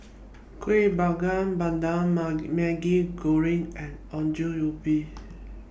Kuih Bakar Pandan Maggi Goreng and Ongol Ubi